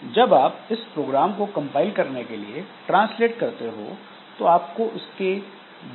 जब आप इस प्रोग्राम को कंपाइल करने के लिए ट्रांसलेट करते हो तो आपको उसके dot E X E file मिलती है